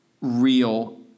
real